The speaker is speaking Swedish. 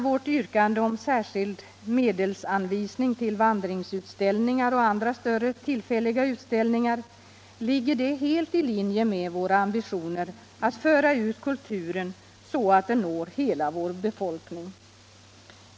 Vårt yrkande om särskild medelsanvisning till vandringsutställningar och andra större tillfälliga utställningar ligger helt i linje med våra ambitioner att föra ut kulturen så att den når hela vår befolkning.